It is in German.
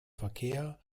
verkehr